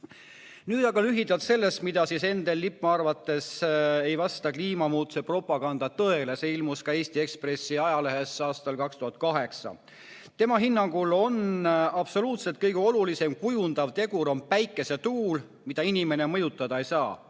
aga lühidalt sellest, miks Endel Lippmaa arvates ei vasta kliimamuutuste propaganda tõele. See ilmus ka Eesti Ekspressi ajalehes aastal 2008. Tema hinnangul on absoluutselt kõige olulisem kujundav tegur päikesetuul, mida inimene mõjutada ei saa.